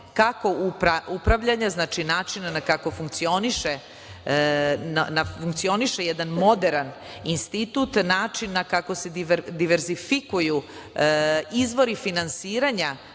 kako upravljanja, znači načina kako funkcioniše jedan moderan institut, načina kaka se diverzifikuju izvori finansiranja